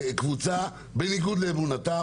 קבוצה בניגוד לאמונתה,